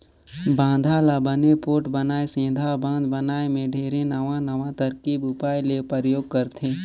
बांधा ल बने पोठ बनाए सेंथा बांध बनाए मे ढेरे नवां नवां तरकीब उपाय ले परयोग करथे